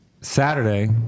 Saturday